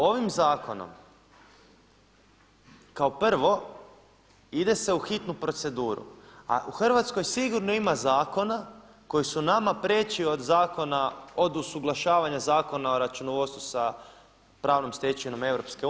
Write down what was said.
Ovim zakonom kao prvo ide se u hitnu proceduru, a u Hrvatskoj sigurno ima zakona koji su nama preći od zakona, od usuglašavanja Zakona o računovodstvu sa pravnom stečevinom EU.